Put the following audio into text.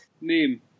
Name